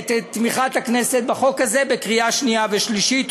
את תמיכת הכנסת בחוק הזה בקריאה שנייה ושלישית.